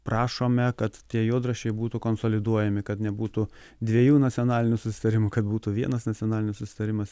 prašome kad tie juodraščiai būtų konsoliduojami kad nebūtų dviejų nacionalinių susitarimų kad būtų vienas nacionalinis susitarimas